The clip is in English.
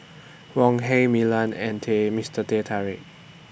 Wok Hey Milan and Mister Teh Tarik